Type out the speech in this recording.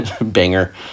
banger